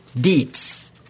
deeds